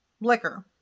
liquor